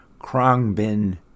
Krongbin